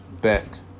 Bet